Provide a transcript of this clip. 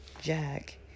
jack